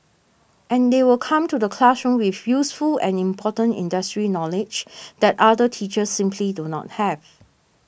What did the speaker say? and they will come to the classroom with useful and important industry knowledge that other teachers simply do not have